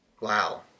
Wow